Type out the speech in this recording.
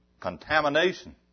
contamination